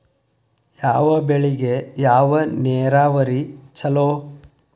ಯಾವ ಬೆಳಿಗೆ ಯಾವ ನೇರಾವರಿ ಛಲೋ?